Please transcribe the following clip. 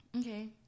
Okay